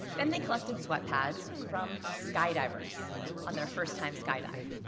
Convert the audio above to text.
then they collected sweat pads from skydivers on their first time skydive.